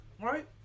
Right